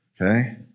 Okay